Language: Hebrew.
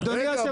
רגע, ברוכי.